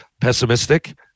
pessimistic